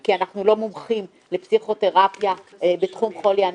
כי אנחנו לא מומחים לפסיכותרפיה בתחום החולי הנפשי.